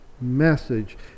message